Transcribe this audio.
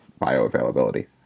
bioavailability